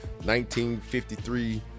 1953